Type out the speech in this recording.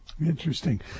interesting